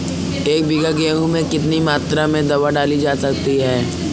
एक बीघा गेहूँ में कितनी मात्रा में दवा डाली जा सकती है?